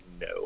no